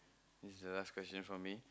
this is the last question from me